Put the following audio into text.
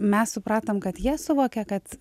mes supratom kad jie suvokia kad